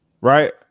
right